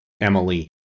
Emily